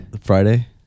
Friday